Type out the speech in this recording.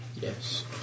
Yes